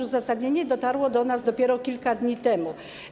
Uzasadnienie dotarło do nas dopiero kilka dni temu.